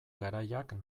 garaiak